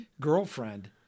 girlfriend